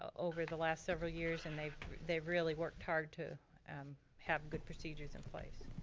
over the last several years and they've they've really worked hard to have good procedures in place.